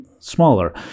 smaller